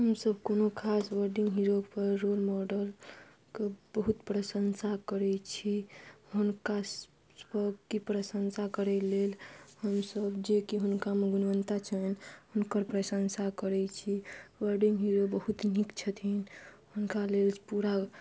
हमसब कोनो खास वर्डिंग हीरो पर रोल मॉडलके बहुत प्रशंसा करै छी हुनका की प्रशंसा करै लेल हमसब जेकि हुनकामे गुणवता छनि हुनकर प्रशंसा करै छी वर्डिंग हीरो बहुत नीक छथिन हुनका लेल पूरा